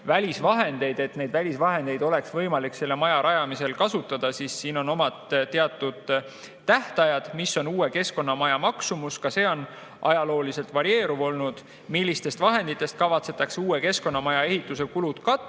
Et neid välisvahendeid oleks võimalik selle maja rajamisel kasutada, siis siin on omad teatud tähtajad. Mis on uue Keskkonnamaja maksumus? Ka see on ajaloo jooksul varieeruv olnud. Millistest vahenditest kavatsetakse uue Keskkonnamaja ehituse kulud katta?